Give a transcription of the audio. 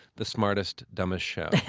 the smartest, dumbest show.